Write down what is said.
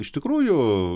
iš tikrųjų